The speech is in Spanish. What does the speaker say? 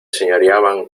señoreaban